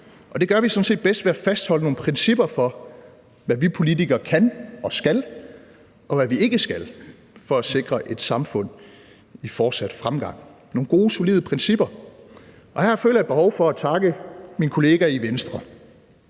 set bedst ved at fastholde nogle principper for, hvad vi politikere kan og skal, og hvad vi ikke skal, for at sikre et samfund i fortsat fremgang; nogle gode solide principper. Og jeg føler her et behov for at takke mine kollegaer i Venstre: